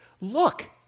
look